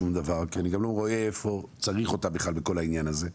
כי אני גם לא רואה איפה צריך אותה בכלל בכל העניין הזה,